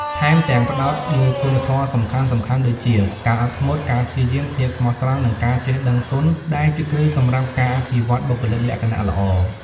ថែមទាំង ផ្តោតលើគុណធម៌សំខាន់ៗដូចជា ការអត់ធ្មត់ ការព្យាយាម ភាពស្មោះត្រង់ និងការចេះដឹងគុណ ដែលជាគ្រឹះសម្រាប់ការអភិវឌ្ឍបុគ្គលិកលក្ខណៈល្អ។